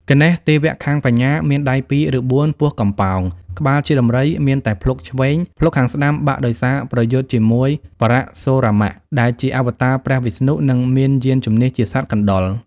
គណេស (ទេវៈខាងបញ្ញា មានដៃ២ ឬ៤ ពោះកំប៉ោង ក្បាលជាដំរី មានតែភ្លុកឆ្វេង ភ្លុកខាងស្តាំបាក់ដោយសារប្រយុទ្ធជាមួយបរសុរាមៈ ដែលជាអវតារព្រះវិស្ណុ និងមានយានជិនះជាសត្វកណ្តុរ)។